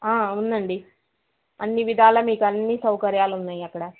ఉందండి అన్నీ విధాల మీకు అన్నీ సౌకర్యాలు ఉన్నాయి అక్కడ